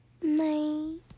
night